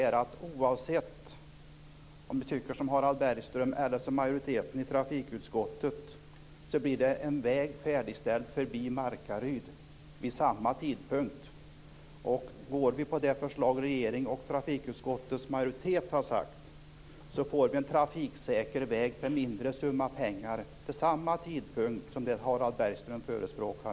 För det andra vill jag ha sagt att en väg förbi Markaryd färdigställs vid samma tidpunkt oavsett om man tycker som Harald Bergström eller som majoriteten i trafikutskottet. Går vi på det förslag regeringen och trafikutskottets majoritet har talat om får vi en trafiksäker väg för en mindre summa pengar vid samma tidpunkt som Harald Bergström förespråkar.